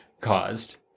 caused